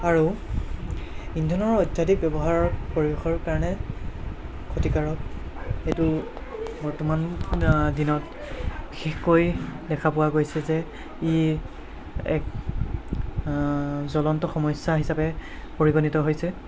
আৰু ইন্ধনৰ অত্যাধিক ব্য়ৱহাৰ পৰিবেশৰ কাৰণে ক্ষতিকাৰক এইটো বৰ্তমান দিনত বিশেষকৈ দেখা পোৱা গৈছে যে ই এক জলন্ত সমস্য়া হিচাপে পৰিগণিত হৈছে